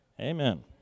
Amen